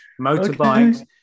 motorbikes